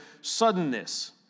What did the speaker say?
suddenness